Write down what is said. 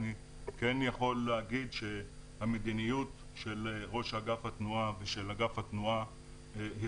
אני כן יכול להגיד שהמדיניות של ראש אגף התנועה ושל אגף התנועה היא